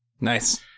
Nice